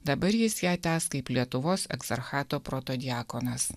dabar jis ją tęs kaip lietuvos egzarchato protodiakonas